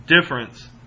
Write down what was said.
difference